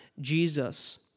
Jesus